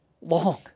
long